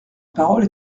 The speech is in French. parole